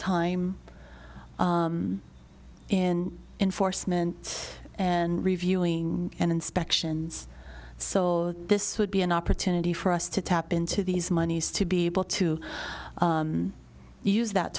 time in enforcement and reviewing and inspections so this would be an opportunity for us to tap into these monies to be able to use that